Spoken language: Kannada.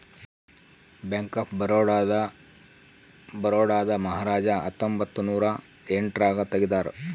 ಬ್ಯಾಂಕ್ ಆಫ್ ಬರೋಡ ನ ಬರೋಡಾದ ಮಹಾರಾಜ ಹತ್ತೊಂಬತ್ತ ನೂರ ಎಂಟ್ ರಾಗ ತೆಗ್ದಾರ